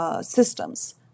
Systems